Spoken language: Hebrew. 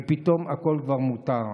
ופתאום הכול כבר מותר.